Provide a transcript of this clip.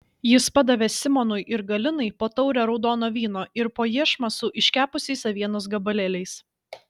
jis padavė simonui ir galinai po taurę raudono vyno ir po iešmą su iškepusiais avienos gabalėliais